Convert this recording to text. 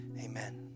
amen